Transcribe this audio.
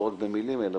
לא רק במילים, אלא